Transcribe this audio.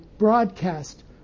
broadcast